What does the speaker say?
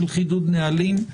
של חידוד נהלים.